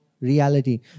reality